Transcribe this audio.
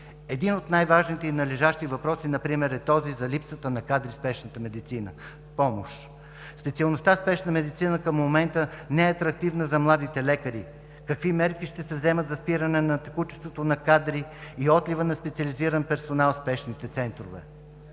Един от най-важните и належащи въпроси например е този за липсата на кадри в спешната медицинска помощ. Специалността „спешна медицина“ към момента не е атрактивна за младите лекари. Какви мерки ще се вземат за спиране на текучеството на кадри и отлива на специализиран персонал в спешните центрове?